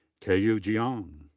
kaiyue jiang.